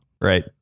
Right